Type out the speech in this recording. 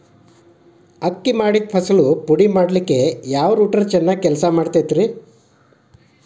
ಅಕ್ಕಿ ಮಾಡಿದ ಫಸಲನ್ನು ಪುಡಿಮಾಡಲು ಯಾವ ರೂಟರ್ ಚೆನ್ನಾಗಿ ಕೆಲಸ ಮಾಡತೈತ್ರಿ?